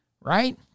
right